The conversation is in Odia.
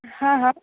ହଁ ହଁ